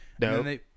No